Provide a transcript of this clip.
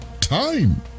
time